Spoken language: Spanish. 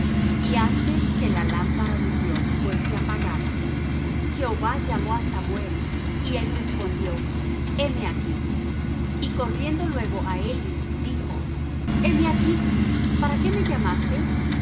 y antes que la lámpara de dios fuese apagada jehová llamó á samuel y él respondió heme aquí y corriendo luego á eli dijo heme aquí para qué me llamaste